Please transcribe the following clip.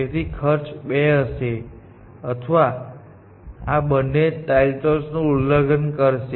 તેથી ખર્ચ 2 હશે અથવા આ બંને ટાઇલ્સનું ઉલ્લંઘન બે હશે